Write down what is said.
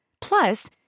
Plus